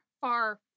far